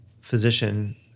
physician